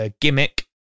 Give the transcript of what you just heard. Gimmick